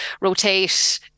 rotate